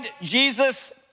Jesus